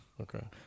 okay